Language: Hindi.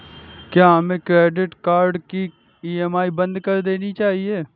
क्या हमें क्रेडिट कार्ड की ई.एम.आई बंद कर देनी चाहिए?